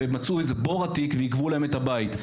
ומצאו איזה בור עתיק ועיכבו להם את הבית.